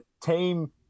team